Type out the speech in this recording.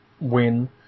win